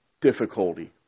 difficulty